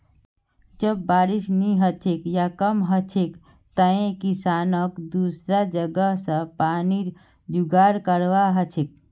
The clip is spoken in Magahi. जब बारिश नी हछेक या कम हछेक तंए किसानक दुसरा जगह स पानीर जुगाड़ करवा हछेक